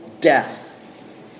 death